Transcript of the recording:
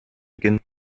beginnen